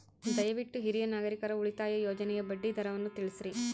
ದಯವಿಟ್ಟು ಹಿರಿಯ ನಾಗರಿಕರ ಉಳಿತಾಯ ಯೋಜನೆಯ ಬಡ್ಡಿ ದರವನ್ನು ತಿಳಿಸ್ರಿ